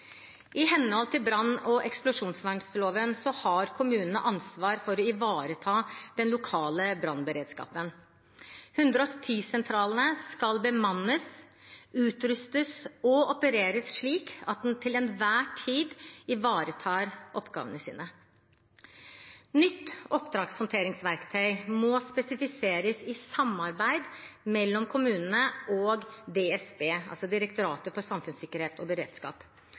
I henhold til brann- og eksplosjonsvernloven har kommunene ansvar for å ivareta den lokale brannberedskapen. 110-sentralene skal bemannes, utrustes og opereres slik at de til enhver tid ivaretar oppgavene sine. Et nytt oppdragshåndteringsverktøy må spesifiseres i samarbeid mellom kommunene og DSB, altså Direktoratet for samfunnssikkerhet og beredskap.